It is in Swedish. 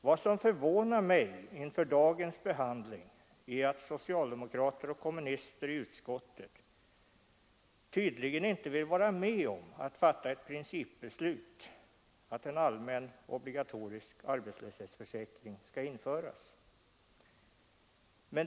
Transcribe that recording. Vad som förvånar mig inför dagens behandling är att socialdemokrater och kommunister i utskottet tydligen inte vill vara med om att fatta ett principbeslut om att en allmän obligatorisk arbetslöshetsförsäkring skall införas.